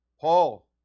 Paul